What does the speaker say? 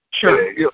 Sure